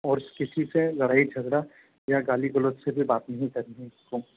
और किसी से लड़ाई झगड़ा या गाली गलौज से कोई बात नहीं करनी है